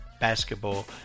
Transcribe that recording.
basketball